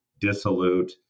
dissolute